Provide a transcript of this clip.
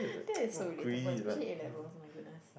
that is so relatable especially A-levels oh my goodness